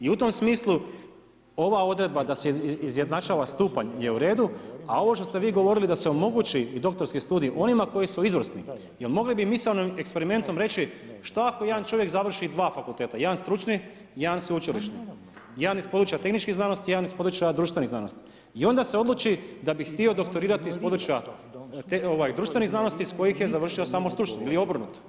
I u tom smislu ova odredba da se izjednačava stupanj je uredu, a ovo što ste vi govorili da se omogući i doktorski studij onima koji su izvrsni jel mogli bi misaonim eksperimentom reći šta ako jedan čovjek završi dva fakulteta, jedan stručni, jedan sveučilišni, jedan iz područja tehničkih znanosti, jedan iz područja društvenih znanosti i onda se odluči da bi htio doktorirati iz područja društvenih znanosti s kojih je završio samo stručni ili obrnuto.